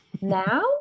Now